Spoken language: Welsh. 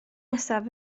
nesaf